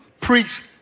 preach